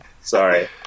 sorry